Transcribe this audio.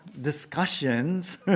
discussions